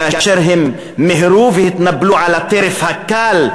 כאשר הם מיהרו והתנפלו על הטרף הקל,